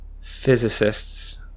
Physicists